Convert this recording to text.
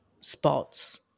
spots